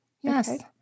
yes